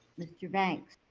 mr. banks?